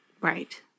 Right